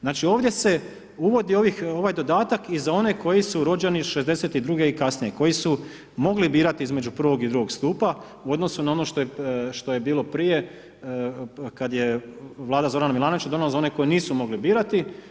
Znači ovdje se uvodi ovaj dodatak i za one koji su rođeni '62. i kasnije, koji su mogli birati između prvog i drugog stupa u odnosu na ono što je bilo prije kada je Vlada Zorana Milanovića donijela za one koji nisu mogli birati.